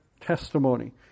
testimony